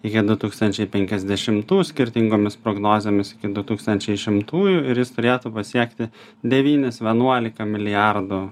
iki du tūkstančiai penkiasdešimtų skirtingomis prognozėmis iki du tūkstančiai šimtųjų ir jis turėtų pasiekti devynis vienuolika milijardų